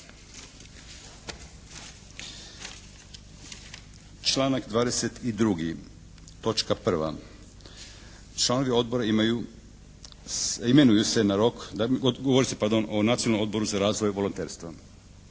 točka prva članovi odbora imenuju se na rok, govori se pardon o Nacionalnom odboru za razvoj volonterstva,